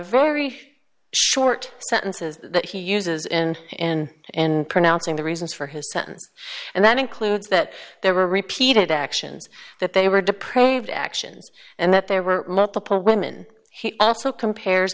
very short sentences that he uses and in and pronouncing the reasons for his sentence and that includes that there were repeated actions that they were deprived actions and that there were multiple women he also compares